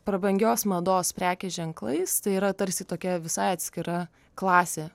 prabangios mados prekės ženklais tai yra tarsi tokia visai atskira klasė